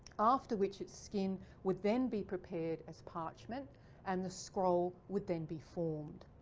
after which its skin would then be prepared as parchment and the scroll would then be formed.